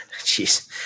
Jeez